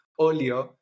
earlier